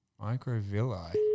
Microvilli